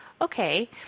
okay